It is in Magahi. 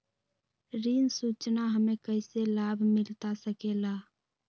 ऋण सूचना हमें कैसे लाभ मिलता सके ला?